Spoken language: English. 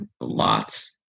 lots